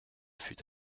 fut